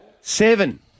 Seven